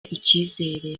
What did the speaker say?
icyizere